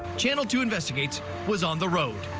channel two investigates was on the road.